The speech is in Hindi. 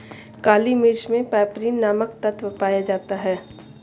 काली मिर्च मे पैपरीन नामक तत्व पाया जाता है